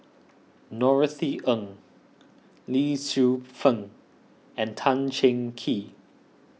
Norothy Ng Lee Tzu Pheng and Tan Cheng Kee